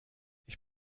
ich